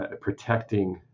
protecting